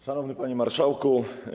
Szanowny Panie Marszałku!